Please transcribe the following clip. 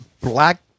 black